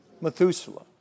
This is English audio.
Methuselah